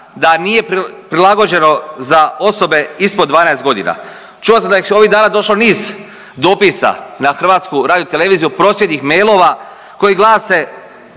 da nije prilagođeno za osobe ispod 12 godina? Čuo sam da je ovih dana došao niz dopisa na Hrvatsku radioteleviziju, prosvjednih mailova koji glase